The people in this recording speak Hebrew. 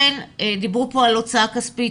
דיברו כאן על הוצאה כספית,